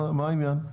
מה העניין?